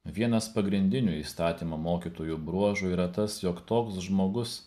vienas pagrindinių įstatymo mokytojų bruožų yra tas jog toks žmogus